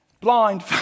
Blind